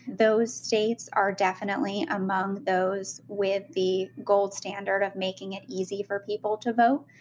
those states are definitely among those with the gold standard of making it easy for people to vote.